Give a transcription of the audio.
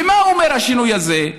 ומה אומר השינוי הזה?